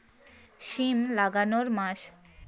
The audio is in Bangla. সিম লাগানোর মাস?